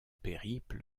périple